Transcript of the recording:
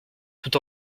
tout